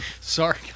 Sorry